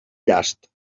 llast